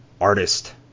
artist